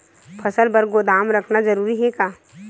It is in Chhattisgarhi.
फसल बर गोदाम रखना जरूरी हे का?